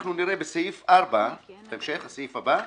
שאנחנו נראה בסעיף (4), הסעיף הבא,